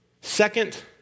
Second